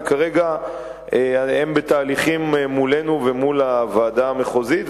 וכרגע הם בתהליכים מולנו ומול הוועדה המחוזית,